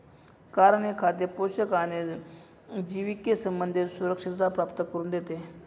कारण हे खाद्य पोषण आणि जिविके संबंधी सुरक्षितता प्राप्त करून देते